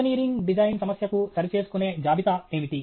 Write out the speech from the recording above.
engineering design సమస్యకు సరిచేసుకునే జాబితా ఏమిటి